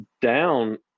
down